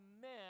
men